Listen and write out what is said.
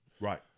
Right